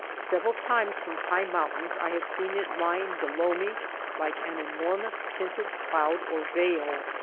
several times from high mountains i have seen it lying below me like an enormous tinted cloud or veil.